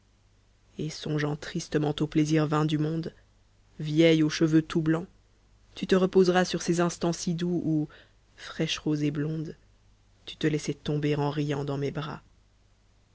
et songeant tristement aux plaisirs vains du monde vieille aux cheveux tout blancs tu te reposeras sur ces instants si doux où fraîche rose et blonde tu te laissais tomber fi i iàrrt dans mes bras